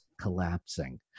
collapsing